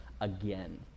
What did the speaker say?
again